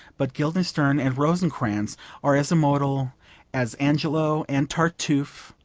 but guildenstern and rosencrantz are as immortal as angelo and tartuffe,